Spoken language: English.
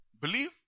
Believe